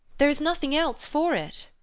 there is nothing else for it.